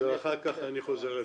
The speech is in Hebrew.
אחר כך אני חוזר אליך.